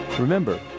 Remember